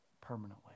permanently